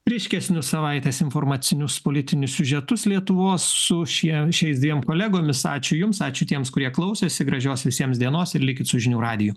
ryškesnius savaitės informacinius politinius siužetus lietuvos su šie šiais dviem kolegomis ačiū jums ačiū tiems kurie klausėsi gražios visiems dienos ir likit su žinių radiju